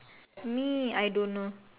me I don't know